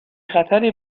خطری